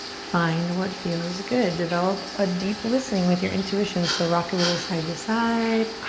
find what feels good. develop a deep listening with your intuition. so rock a little side to side,